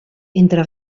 entre